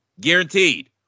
guaranteed